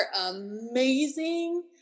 amazing